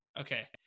okay